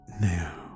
now